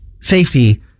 safety